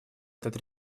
этот